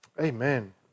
Amen